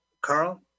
Carl